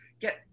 get